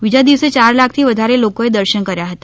બીજા દિવસે ચાર લાખથી વધારે લોકોએ દર્શન કર્યા હતા